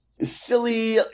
silly